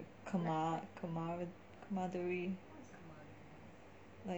cama~ camara~ camaraderie like